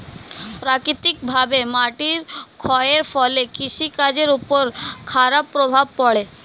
প্রাকৃতিকভাবে মাটির ক্ষয়ের ফলে কৃষি কাজের উপর খারাপ প্রভাব পড়ে